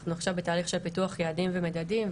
אנחנו עכשיו בתהליך של פיתוח יעדים ומדדים,